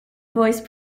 voice